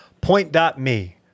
Point.me